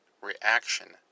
reaction